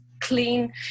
clean